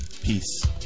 peace